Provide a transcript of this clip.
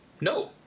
no